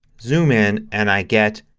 zoom in, and i get